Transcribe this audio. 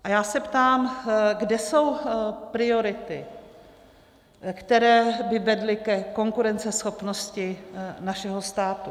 A já se ptám, kde jsou priority, které by vedly ke konkurenceschopnosti našeho státu.